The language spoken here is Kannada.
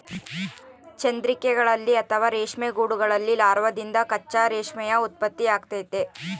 ಚಂದ್ರಿಕೆಗಳಲ್ಲಿ ಅಥವಾ ರೇಷ್ಮೆ ಗೂಡುಗಳಲ್ಲಿ ಲಾರ್ವಾದಿಂದ ಕಚ್ಚಾ ರೇಷ್ಮೆಯ ಉತ್ಪತ್ತಿಯಾಗ್ತತೆ